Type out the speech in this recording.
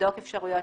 לבדוק אפשרויות,